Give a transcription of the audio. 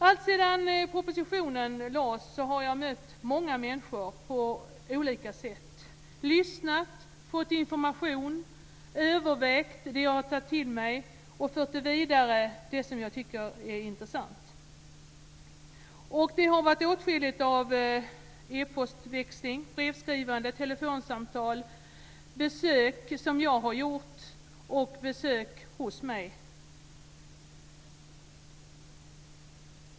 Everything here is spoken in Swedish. Alltsedan propositionen lades fram har jag på olika sätt mött många människor. Jag har lyssnat, fått information och övervägt det som jag har tagit till mig. Det som jag tyckt vara intressant har jag fört vidare. Det har varit åtskilligt av e-postväxling, brevskrivande, telefonsamtal samt besök som jag har gjort och besök hos mig.